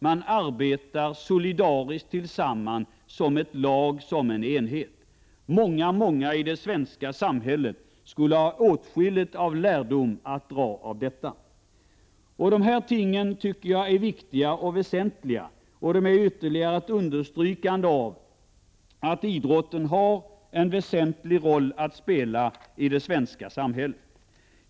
Man arbetar solidariskt tillsammans som ett lag, som en enhet. Många, många i det svenska samhället skulle ha åtskillig lärdom att dra av detta. Dessa ting tycker jag är viktiga och väsentliga. De är ytterligare ett understrykande av att idrotten har en väsentlig roll att spela i det svenska samhället.